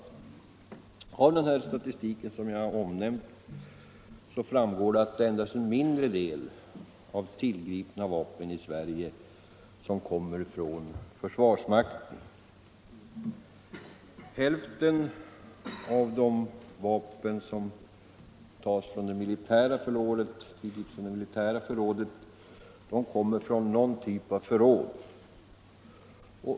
Av denna statistik framgår 5 mars 1975 att det endast är en mindre del av tillgripna vapen i Sverige som kommer Lu från försvarsmaktens förråd. Hälften av de vapen som tas från försvaret — Åtgärder mot stöld kommer från någon typ av förråd.